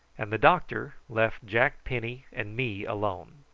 and the doctor left jack penny and me alone.